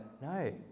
no